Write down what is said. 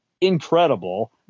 incredible